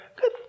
good